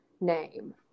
name